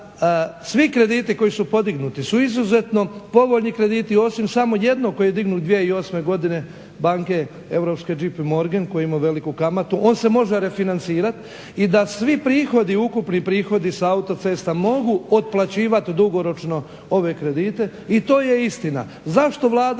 svi krediti koji su podignuti su izuzetno povoljni krediti osim samo jednog koji je dignut 2008. banke europske … /Govornik se ne razumije./… koji je imao veliku kamatu, on se može refinancirati, i da svi ukupni prihodi s autocesta mogu otplaćivati dugoročno ove kredite i to je istina. Zašto Vlada